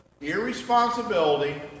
irresponsibility